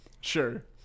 Sure